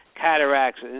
cataracts